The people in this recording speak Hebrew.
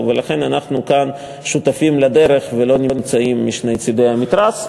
ולכן אנחנו כאן שותפים לדרך ולא נמצאים משני צדי המתרס.